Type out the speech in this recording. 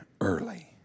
early